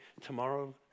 tomorrow